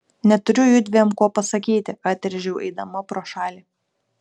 neturiu judviem ko pasakyti atrėžiau eidama pro šalį